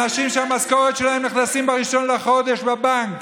אנשים שהמשכורת שלהם נכנסת ב-1 בחודש לבנק.